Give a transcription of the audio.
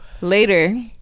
Later